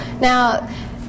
Now